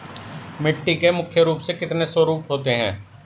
मिट्टी के मुख्य रूप से कितने स्वरूप होते हैं?